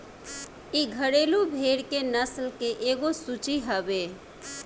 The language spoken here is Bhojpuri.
इ घरेलु भेड़ के नस्ल के एगो सूची हवे